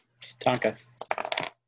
Tonka